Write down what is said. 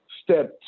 Step